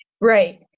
Right